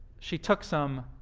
she took some